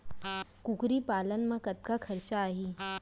कुकरी पालन म कतका खरचा आही?